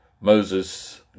Moses